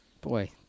Boy